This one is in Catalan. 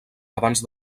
abans